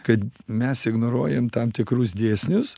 kad mes ignoruojam tam tikrus dėsnius